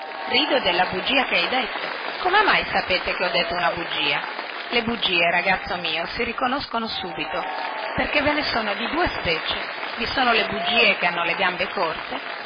rido della bugia che hai detto come mai sapete che ho detto una bugia le bugie ragazzo mio si riconoscono subito perché ve ne sono di due specie vi sono le bugie che hanno le gambe corte